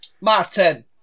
martin